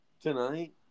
Tonight